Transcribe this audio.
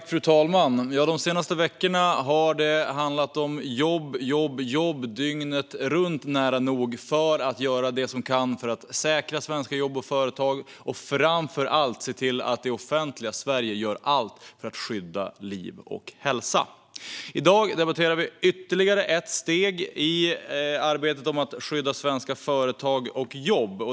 Fru talman! De senaste veckorna har det handlat om jobb, jobb, jobb, nära nog dygnet runt, för att göra det som går för att säkra svenska jobb och företag och framför allt se till att det offentliga Sverige gör allt för att skydda liv och hälsa. I dag debatterar vi ytterligare ett steg i arbetet för att skydda svenska företag och jobb.